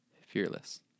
fearless